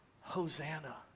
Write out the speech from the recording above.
Hosanna